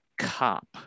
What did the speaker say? cop